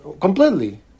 Completely